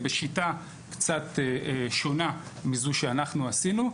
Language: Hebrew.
בשיטה קצת שונה מזו שאנחנו עשינו.